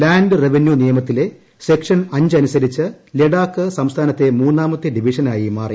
land revenue നിയമത്തിലെ section അഞ്ച് അനുസരിച്ച് ലെഡാക്ക് സംസ്ഥാനത്തെ മൂന്നാമത്തെ ഡിവിഷനായി മാറി